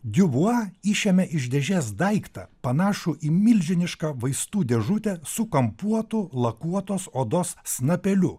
diubua išėmė iš dėžės daiktą panašų į milžinišką vaistų dėžutę su kampuotu lakuotos odos snapeliu